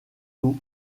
tôt